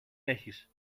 έχεις